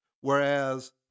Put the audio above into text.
Whereas